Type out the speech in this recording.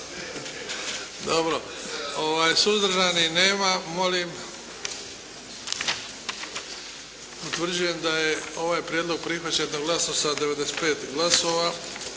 Dobro. Suzdržanih nema. Molim, utvrđujem da je ovaj prijedlog prihvaćen jednoglasno sa 95 glasova.